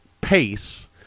pace